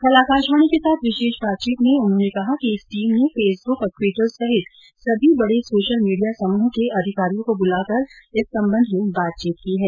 कल आकाशवाणी के साथ विशेष बातचीत में उन्होंने कहा कि इस टीम ने फेसबुक और ट्विटर सहित सभी बड़े सोशल मीडिया समूह के अधिकारियों को बुलाकर इस संबंध में बातचीत की है